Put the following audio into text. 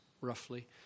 roughly